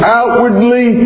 outwardly